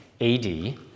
AD